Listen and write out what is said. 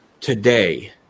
today